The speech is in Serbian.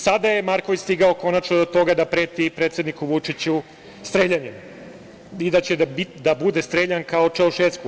Sada je Marković stigao konačno do toga da preti predsedniku Vučiću streljanjem i da će da bude streljan kao Čaušesku.